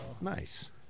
Nice